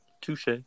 Touche